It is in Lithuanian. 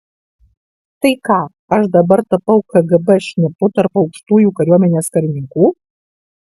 tai ką aš dabar tapau kgb šnipu tarp aukštųjų kariuomenės karininkų